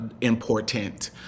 important